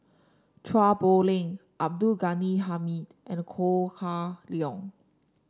Chua Poh Leng Abdul Ghani Hamid and Ko Hah Leong